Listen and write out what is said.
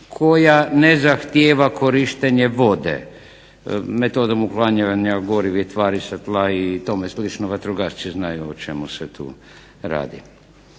koja ne zahtjeva korištenje vode metodom uklanjanja gorivih tvari sa tla i tome slično, vatrogasci znaju o čemu se tu radi.